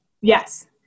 Yes